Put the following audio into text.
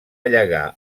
llegar